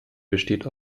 besteht